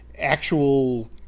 actual